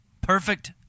Perfect